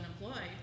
unemployed